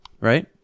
right